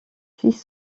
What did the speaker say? six